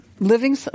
Living